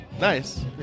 Nice